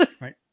Right